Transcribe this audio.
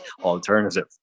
alternative